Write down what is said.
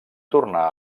tornà